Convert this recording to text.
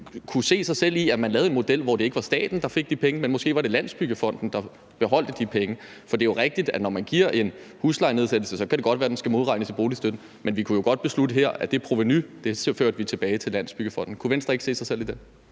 kunne se sig selv i, at man lavede en model, hvor det ikke var staten, der fik de penge, men hvor det måske var Landsbyggefonden, der beholdt de penge. For det er jo rigtigt, at når man giver en huslejenedsættelse, kan det godt være, at den skal modregnes i boligstøtten, men vi kunne jo godt beslutte her, at det provenu førte vi tilbage til Landsbyggefonden. Kunne Venstre ikke se sig selv i det?